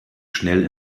schnell